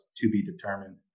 to-be-determined